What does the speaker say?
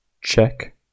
check